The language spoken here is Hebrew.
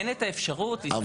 אין את האפשרות להסתכל --- אבל,